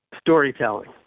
storytelling